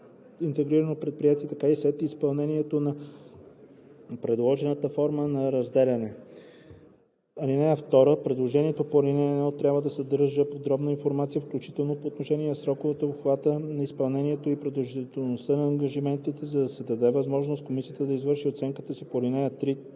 интегрирано предприятие, така и след изпълнението на предложената форма на разделяне. (2) Предложението по ал. 1 трябва да съдържа подробна информация, включително по отношение на сроковете, обхвата на изпълнението и продължителността на ангажиментите, за да се даде възможност на комисията да извърши оценката си по ал.